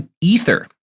Ether